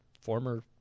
former